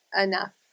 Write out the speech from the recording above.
enough